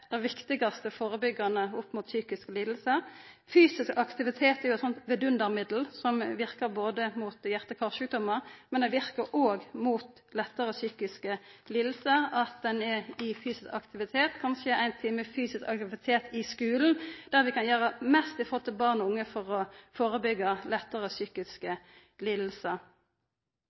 viktigaste førebyggjande opp mot psykiske lidingar. Fysisk aktivitet er eit vedundermiddel, som verkar mot hjerte- og karsjukdomar. Men det verkar òg mot lettare psykiske lidingar at ein er i fysisk aktivitet. Kanskje ein time fysisk aktivitet i skulen er der vi kan gjera mest for barn og unge for å førebyggja lettare psykiske